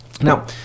Now